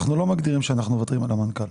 אנחנו לא מגדירים שאנחנו מוותרים על המנכ"ל.